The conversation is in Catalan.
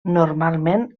normalment